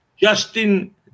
Justin